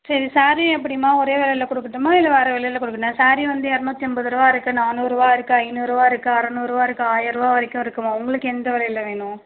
சரி சாரீயும் எப்படிம்மா ஒரே விலையில கொடுக்கட்டுமா இல்லை வேறு விலையில கொடுக்கட்டுமா சாரீ வந்து இரநூத்தம்பதுரூவா இருக்கு நானூறுரூவா இருக்கு ஐநூறுரூவா இருக்கு அறநூறுரூவா இருக்கு ஆயர்ரூவா வரைக்கும் இருக்கும்மா உங்களுக்கு எந்த விலையில வேணும்